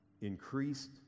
increased